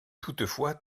toutefois